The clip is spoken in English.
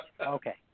okay